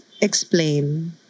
explain